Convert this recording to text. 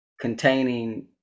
containing